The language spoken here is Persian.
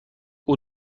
این